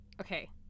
okay